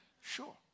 Sure